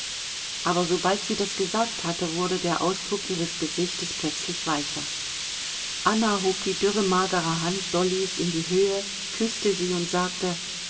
aber sobald sie das gesagt hatte wurde der ausdruck ihres gesichtes plötzlich weicher anna hob die dürre magere hand dollys in die höhe küßte sie und sagte